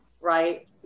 right